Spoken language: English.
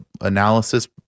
analysis